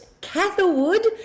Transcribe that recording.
catherwood